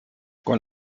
con